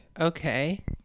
Okay